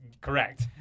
Correct